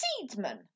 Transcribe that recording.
seedsman